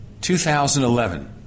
2011